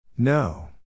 No